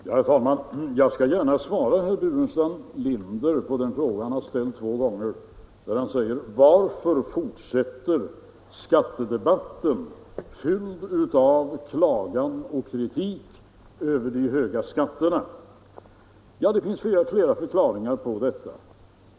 Herr talman! Jag skall gärna svara på den fråga herr Burenstam Linder har ställt två gånger: Varför fortsätter skattedebatten, fylld av klagan och kritik över de höga skatterna? Det finns flera förklaringar på detta.